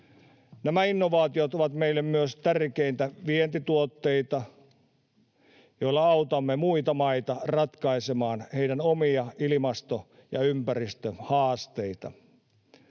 Nämä innovaatiot ovat meille myös tärkeitä vientituotteita, joilla autamme muita maita ratkaisemaan heidän omia ilmasto- ja ympäristöhaasteitaan.